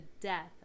death